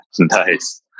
Nice